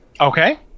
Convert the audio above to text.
Okay